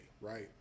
right